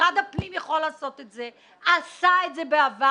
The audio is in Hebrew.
משרד הפנים עשה את זה בעבר